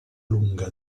lunga